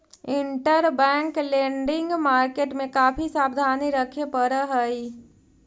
interbank lending market में काफी सावधानी रखे पड़ऽ हई